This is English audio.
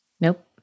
Nope